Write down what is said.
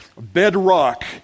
bedrock